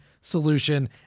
solution